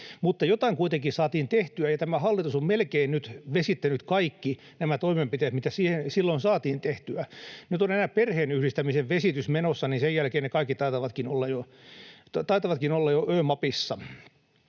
mutta jotain kuitenkin saatiin tehtyä, ja tämä hallitus on nyt melkein vesittänyt kaikki nämä toimenpiteet, mitä silloin saatiin tehtyä. Nyt on enää perheenyhdistämisen vesitys menossa, ja sen jälkeen ne kaikki taitavatkin jo olla ö‑mapissa.